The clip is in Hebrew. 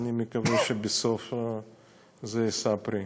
ואני מקווה שבסוף זה יישא פרי.